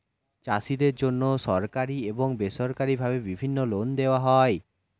চাষীদের জন্যে সরকারি এবং বেসরকারি ভাবে বিভিন্ন লোন দেওয়া হয়